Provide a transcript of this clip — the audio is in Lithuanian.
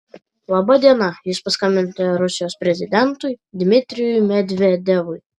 laba diena jūs paskambinote rusijos prezidentui dmitrijui medvedevui